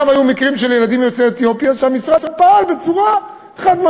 גם היו מקרים של ילדים יוצאי אתיופיה שבהם המשרד פעל בצורה חד-משמעית